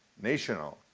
national,